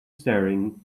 staring